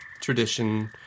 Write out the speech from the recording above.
tradition